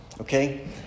okay